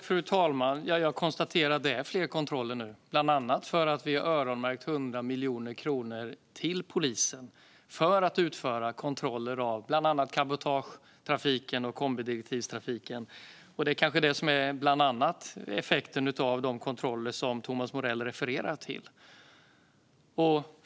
Fru talman! Jag konstaterar att det sker fler kontroller nu, bland annat för att vi har öronmärkt 100 miljoner kronor till polisen för att utföra kontroller av cabotagetrafiken, kombidirektivstrafiken med mera. Det är bland annat effekten av de kontroller som Thomas Morell refererar till.